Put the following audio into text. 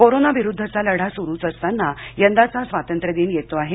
corona विरुद्धचा लढा सुरूच असताना यंदाचा स्वातंत्र्यदिन येतो आहे